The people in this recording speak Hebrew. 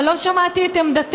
אבל לא שמעתי את עמדתך,